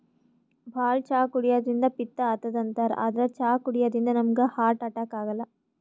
ಭಾಳ್ ಚಾ ಕುಡ್ಯದ್ರಿನ್ದ ಪಿತ್ತ್ ಆತದ್ ಅಂತಾರ್ ಆದ್ರ್ ಚಾ ಕುಡ್ಯದಿಂದ್ ನಮ್ಗ್ ಹಾರ್ಟ್ ಅಟ್ಯಾಕ್ ಆಗಲ್ಲ